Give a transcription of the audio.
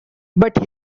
but